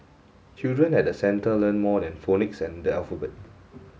children at the centre learn more than phonics and the alphabet